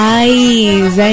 eyes